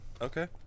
Okay